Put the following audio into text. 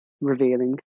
revealing